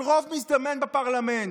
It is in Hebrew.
של רוב מזדמן בפרלמנט?